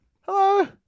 Hello